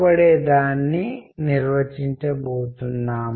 మన వద్ద విస్తృత శ్రేణి నిర్వచనాలు ఉంటాయి